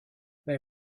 they